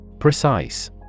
Precise